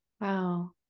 Wow